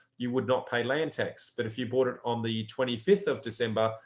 you would not pay land tax but if you bought it on the twenty fifth of december,